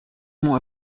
more